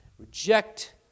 reject